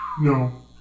No